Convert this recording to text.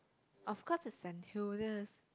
of course it's Saint-Hilda's